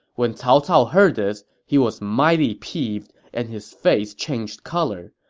when cao cao heard this, he was mighty peeved, and his face changed color.